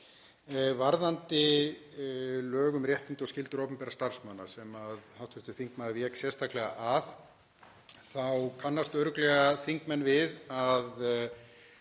Varðandi lög um réttindi og skyldur opinberra starfsmanna sem hv. þingmaður vék sérstaklega að þá kannast örugglega þingmenn við að